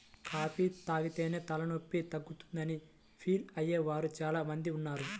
coffee తాగితేనే తలనొప్పి తగ్గుతుందని ఫీల్ అయ్యే వారు చాలా మంది ఉన్నారు